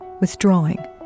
withdrawing